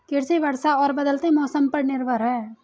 कृषि वर्षा और बदलते मौसम पर निर्भर है